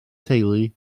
teulu